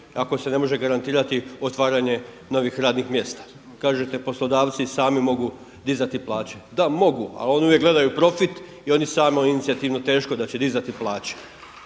ako se ne može garantirati otvaranje novih radnih mjesta. Kažete poslodavci mogu sami dizati plaće. Da mogu, ali oni uvijek gledaju profit i oni samoinicijativno teško da će dizati plaće.